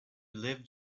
lived